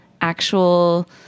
actual